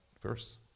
verse